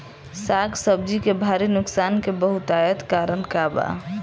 साग सब्जी के भारी नुकसान के बहुतायत कारण का बा?